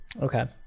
Okay